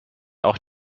auch